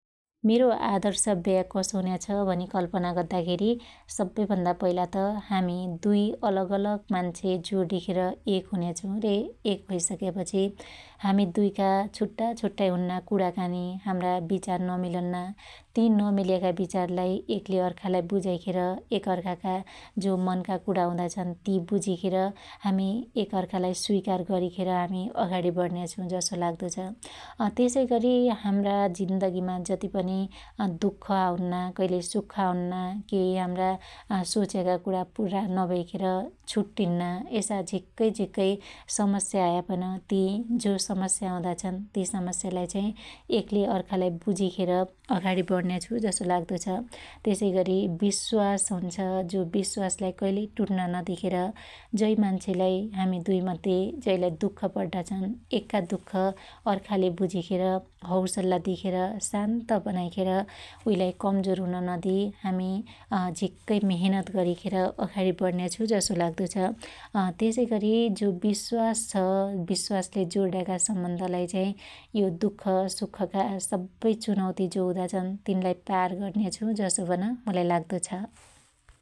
मेरो आदर्श ब्या कसो हुन्या छ भनी कल्पना गद्दाखेरी सब्बै भन्दा पहिले त हामि दुई अलग अलग मान्छे जाडीखेर एक हुन्या छु रे एक भैसक्या पछि हामी दुईका छुट्टा छुट्टै हुन्ना कुणाकानि हाम्रा बिचार नमिलन्ना ति नमिल्याका बिचारलाई एकले अर्कालाई बुझाइखेर एक अर्काका जो मनका कुणा हुदा छन् ति बुजीखेर हामि एक अर्कालाई स्विकार गरीखेर हामि अगाडी बढ्न्या छु जसो लाग्दो छ । त्यसैगरी हाम्रा जिन्दगिमा जतिपनि दुख आउन्ना कइलै सुख आउन्ना केइ हाम्रा सोच्याका कुणा पुरा नभइखेर छुट्टीन्ना । यसा झिक्कै झीक्कै समस्या आयापन ति जो समस्या आउदा छन ति समस्यालाई चाहि एकले अर्का लाई बुझीखेर अघाडी बढ्न्या छु जसो लाग्दो छ । त्यसै गरी बिश्वास हुन्छ जो बिश्वासलाई बईलै टुट्न नदिखेर जै मान्छेलाई हामि दुई मध्ये जैलाई दुख पड्डा छन एकका दुख अर्काले बुझीखेर हौसला दिखेर शान्त बनाईखेर उइलाइ कमजोर हुन नदिइ हामि झिक्कै मिहेनत गरीखेर अघाडी बढ्न्या छु जसो लाग्दो छ । अत्यसैगरी जो बिश्वास छ बिश्वासले जोड्याका सम्बन्धलाई यो दुख सुखका सब्बै चुनौती जो हुदा छन तिनलाई पार गर्न्या छु जसो पन मुलाई लाग्दो छ ।